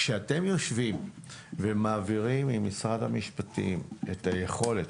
כשאתם יושבים ומעבירים עם משרד המשפטים את היכולת...